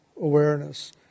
awareness